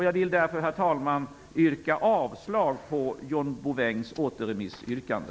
Jag vill därför, herr talman, yrka avslag på John Bouvins återremissyrkande.